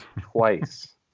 twice